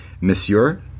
Monsieur